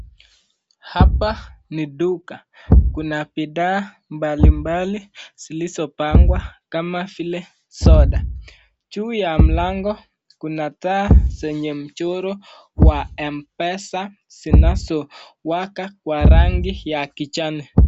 Hapa ni duka, kuna bidhaa mbali mbali zilizopangwa kama vile soda ,juu ya mlango kuna taa zenye mchoro wa mpesa zinazowaka kwa rangi ya kijani.